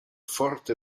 forte